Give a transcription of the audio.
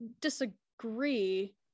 disagree